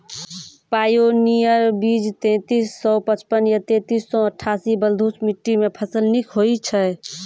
Pioneer बीज तेंतीस सौ पचपन या तेंतीस सौ अट्ठासी बलधुस मिट्टी मे फसल निक होई छै?